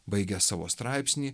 baigęs savo straipsnį